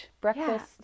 Breakfast